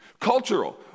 Cultural